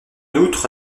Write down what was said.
outre